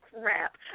Crap